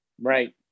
Right